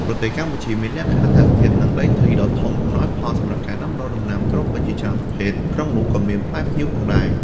ប្រទេសកម្ពុជាមានលក្ខខណ្ឌអាកាសធាតុ និងដីធ្លីដ៏អំណោយផលសម្រាប់ការដាំដុះដំណាំត្រូពិចជាច្រើនប្រភេទ ក្នុងនោះក៏មានផ្លែផ្ញៀវផងដែរ។